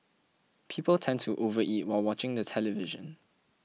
people tend to overeat while watching the television